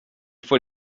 faut